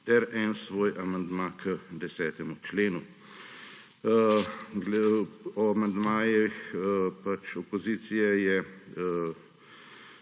ter en svoj amandma k 10. členu. O amandmajih opozicije je